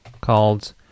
called